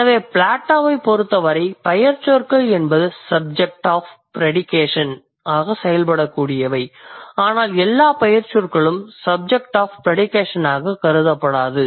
எனவே பிளேட்டோவைப் பொறுத்தவரை பெயர்ச்சொற்கள் என்பது சப்ஜெக்ட்ஸ் ஆஃப் ப்ரெடிகேஷனாக செயல்படக்கூடியவை ஆனால் எல்லா பெயர்ச்சொற்களும் சப்ஜெக்ட்ஸ் ஆஃப் ப்ரெடிகேஷனாக கருதப்படக்கூடாது